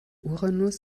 uranus